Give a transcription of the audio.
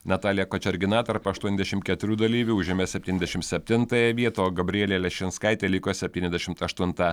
natalija kočergina tarp aštuoniasdešimt keturių dalyvių užėmė septyniasdešimt septintąją vietą o gabrielė leščinskaitė liko septyniasdešimt aštunta